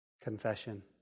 Confession